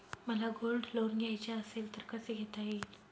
मला gold loan घ्यायचे असेल तर कसे घेता येईल?